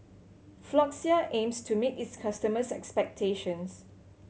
Floxia aims to meet its customers' expectations